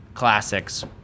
classics